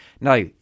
Now